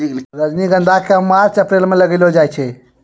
रजनीगंधा क March April म लगैलो जाय छै